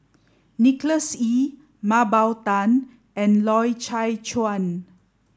Nicholas Ee Mah Bow Tan and Loy Chye Chuan